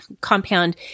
compound